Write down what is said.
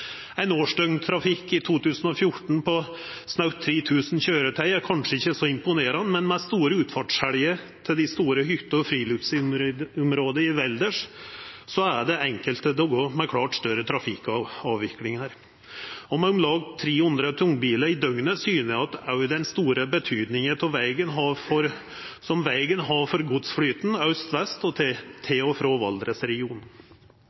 Ein årsdøgntrafikk i 2014 på snaue 3 000 køyretøy er kanskje ikkje så imponerande, men med store utfartshelgar til dei store hytte- og friluftsområda i Valdres er det enkelte dagar med klart større trafikkavvikling her. Med om lag 300 tungbilar i døgnet syner det òg den store betydninga vegen har for godsflyten aust–vest og til og frå Valdresregionen. Det har vore arbeidd godt lokalt og regionalt for å få til